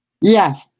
Yes